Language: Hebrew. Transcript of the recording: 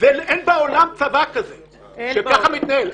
ואין בעולם צבא כזה שככה מתנהל.